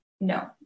no